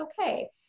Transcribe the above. okay